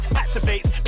activates